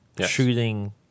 shooting